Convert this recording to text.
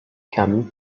camille